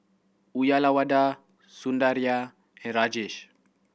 Uyyalawada Sundaraiah and Rajesh